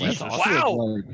Wow